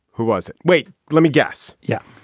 who was it? wait, let me guess. yeah.